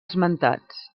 esmentats